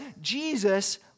Jesus